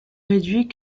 réduit